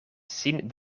sin